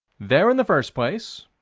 there in the first place